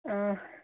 आं